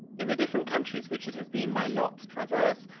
in the different countries which it has been my lot to traverse,